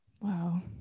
Wow